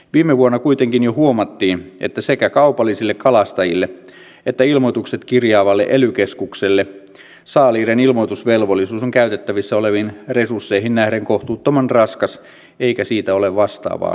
viime vuonna kuitenkin jo huomattiin että sekä kaupallisille kalastajille että ilmoitukset kirjaavalle ely keskukselle saaliiden ilmoitusvelvollisuus on käytettävissä oleviin resursseihin nähden kohtuuttoman raskas eikä siitä ole vastaavaa hyötyä